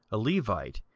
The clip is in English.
levite,